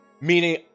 meaning